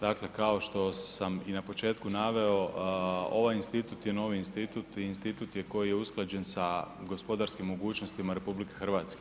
Dakle kao što sam i na početku naveo, ovaj institut je novi institut, institut je koji je usklađen sa gospodarskim mogućnostima RH.